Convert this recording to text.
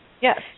Yes